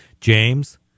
James